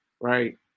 right